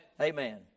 Amen